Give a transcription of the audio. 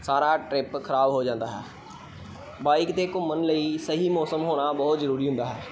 ਸਾਰਾ ਟ੍ਰਿਪ ਖ਼ਰਾਬ ਹੋ ਜਾਂਦਾ ਹੈ ਬਾਈਕ 'ਤੇ ਘੁੰਮਣ ਲਈ ਸਹੀ ਮੌਸਮ ਹੋਣਾ ਬਹੁਤ ਜ਼ਰੂਰੀ ਹੁੰਦਾ ਹੈ